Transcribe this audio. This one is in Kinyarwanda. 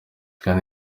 kandi